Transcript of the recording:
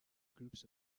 groups